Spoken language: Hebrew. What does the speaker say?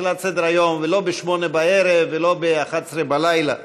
בתחילת סדר-היום ולא ב-8:00 בערב ולא ב-11:00 בלילה.